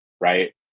right